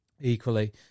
equally